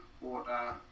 water